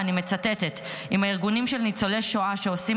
ואני מצטטת: אם הארגונים של ניצולי שואה שעושים